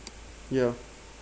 ya